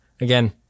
again